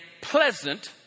pleasant